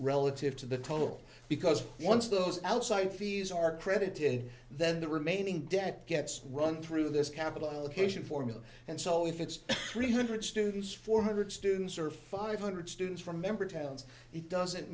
relative to the total because once those outside fees are credited then the remaining debt gets run through this capital allocation formula and so if it's three hundred students four hundred students or five hundred students from member towns it doesn't